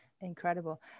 incredible